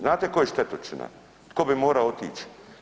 Znate tko je štetočina, tko bi morao otići?